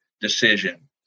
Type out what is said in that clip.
decision